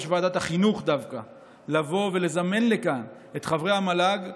ועדת החינוך דווקא לזמן לכאן את חברי המל"ג,